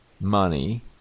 money